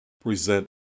present